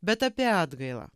bet apie atgailą